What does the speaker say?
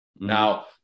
Now